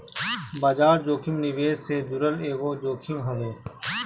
बाजार जोखिम निवेश से जुड़ल एगो जोखिम हवे